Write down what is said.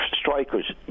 strikers